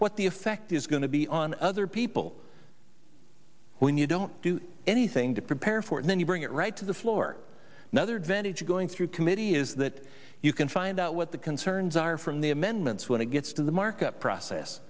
what the effect is going to be on other people when you don't do anything to prepare for it when you bring it right to the floor another advantage of going through committee is that you can find out what the concerns are from the amendments when it gets to the markup process